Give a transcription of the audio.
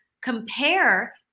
compare